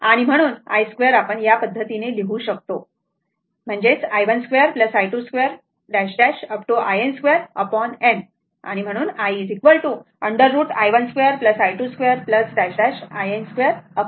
आणि म्हणून I 2 आपण या पद्धतीने लिहू शकतो i1 2 I2 2 in 2n आणि म्हणून I हा इक्वल टू 2 √ i12 I22 पासून ते in 2n पर्यंत बरोबर